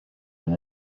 and